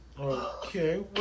Okay